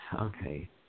Okay